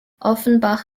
offenbach